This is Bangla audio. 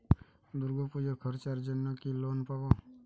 দূর্গাপুজোর খরচার জন্য কি লোন পাব?